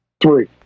Three